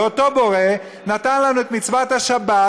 ואותו בורא נתן לנו את מצוות השבת,